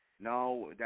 No